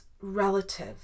relative